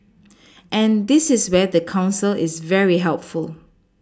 and this is where the council is very helpful